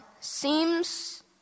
Seems